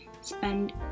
spend